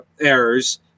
errors